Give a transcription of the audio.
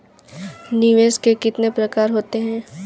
निवेश के कितने प्रकार होते हैं?